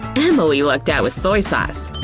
emily lucked out with soy sauce!